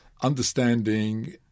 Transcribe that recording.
understanding